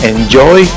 Enjoy